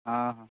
ହଁ ହଁ